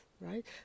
right